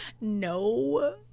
No